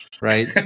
right